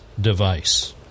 device